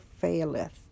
faileth